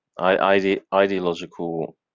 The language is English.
ideological